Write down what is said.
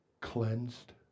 Cleansed